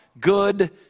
good